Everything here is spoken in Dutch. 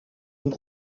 een